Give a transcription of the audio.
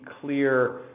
clear